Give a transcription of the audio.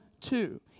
two